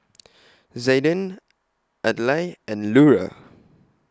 Zayden Adlai and Lura